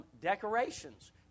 Decorations